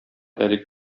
әлеге